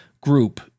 group